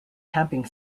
camping